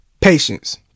Patience